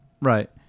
Right